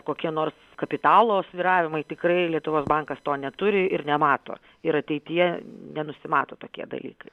kokie nors kapitalo svyravimai tikrai lietuvos bankas to neturi ir nemato ir ateityje nenusimato tokie dalykai